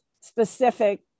specific